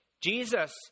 Jesus